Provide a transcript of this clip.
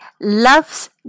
loves